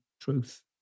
truth